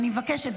אני מבקשת,